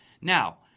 Now